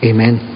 Amen